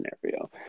scenario